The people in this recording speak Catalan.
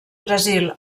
brasil